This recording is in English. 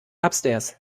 upstairs